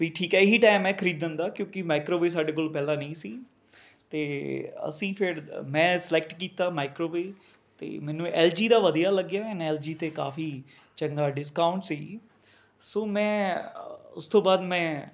ਬਈ ਠੀਕ ਹੈ ਇਹੀ ਟਾਈਮ ਹੈ ਖਰੀਦਣ ਦਾ ਕਿਉਂਕਿ ਮਾਈਕਰੋਵੇਵ ਸਾਡੇ ਕੋਲ ਪਹਿਲਾਂ ਨਹੀਂ ਸੀ ਅਤੇ ਅਸੀਂ ਫਿਰ ਮੈਂ ਸਿਲੈਕਟ ਕੀਤਾ ਮਾਈਕਰੋਵੇਵ ਅਤੇ ਮੈਨੂੰ ਐਲਜੀ ਦਾ ਵਧੀਆ ਲੱਗਿਆ ਐਨ ਐਲਜੀ 'ਤੇ ਕਾਫੀ ਚੰਗਾ ਡਿਸਕਾਊਂਟ ਸੀ ਸੋ ਮੈਂ ਐ ਉਸ ਤੋਂ ਬਾਅਦ ਮੈਂ